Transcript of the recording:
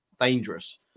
dangerous